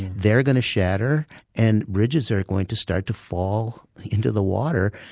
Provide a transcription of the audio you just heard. they're going to shatter and bridges are going to start to fall into the water,